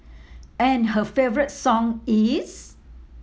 and her favourite song is